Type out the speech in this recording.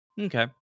Okay